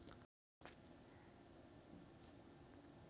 CIBIL score क्या होता है?